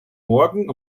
morgen